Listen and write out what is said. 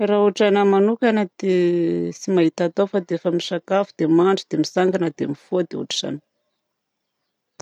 Raha ohatranahy manokana dia tsy mahita atao fa dia efa misakafo dia mandro dia mitsangana dia mifoha de ohatran'izany.